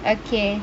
okay